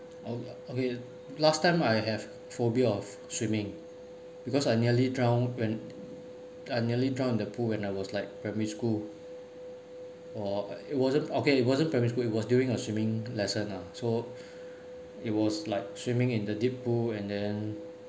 okay last time I have phobia of swimming because I nearly drowned when I nearly drowned in the pool when I was like primary school or it wasn't okay it wasn't primary school it was during a swimming lesson lah so it was like swimming in the deep pool and then